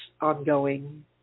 ongoing